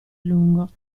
lungo